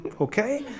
Okay